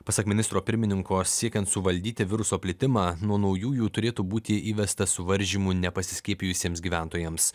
pasak ministro pirmininko siekiant suvaldyti viruso plitimą nuo naujųjų turėtų būti įvestas suvaržymų nepasiskiepijusiems gyventojams